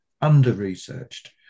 under-researched